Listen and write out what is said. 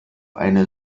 eine